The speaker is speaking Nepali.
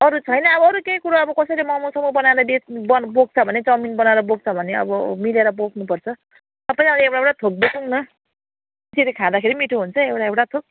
अरू छैन अब अरू केही कुरा अब कसैले मोमो सोमो बनाएर बेच् बोक्छ भने चाउमिन बनाएर बोक्छ भने अब मिलेर बोक्नुपर्छ सबैले अब एउटा एउटा थोक बोकौँ न त्यसरी खाँदाखेरि मिठो हुन्छ एउटा एउटा थोक